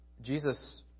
Jesus